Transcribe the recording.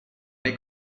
nei